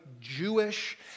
Jewish